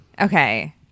Okay